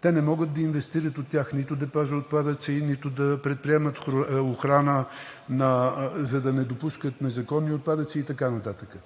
Те не могат да инвестират от тях нито в депа за отпадъци, нито да предприемат охрана, за да не допускат незаконни отпадъци и така нататък.